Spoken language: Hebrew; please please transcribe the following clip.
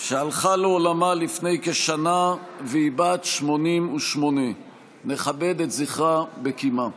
שהלכה לעולמה לפני כשנה והיא בת 88. נכבד את זכרה בקימה.